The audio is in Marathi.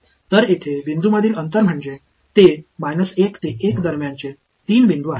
तर येथे बिंदू मधील अंतर म्हणजे ते 1 ते 1 दरम्यानचे 3 बिंदू आहेत